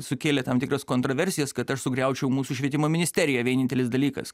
sukėlė tam tikras kontroversijas kad aš sugriaučiau mūsų švietimo ministeriją vienintelis dalykas